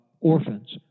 orphans